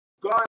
God